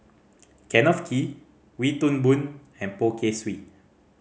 Kenneth Kee Wee Toon Boon and Poh Kay Swee